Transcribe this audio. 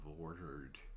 ordered